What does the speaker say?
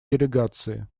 делегации